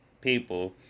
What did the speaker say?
people